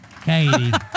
Katie